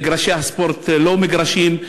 מגרשי הספורט לא מגרשים,